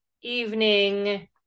evening